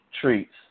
treats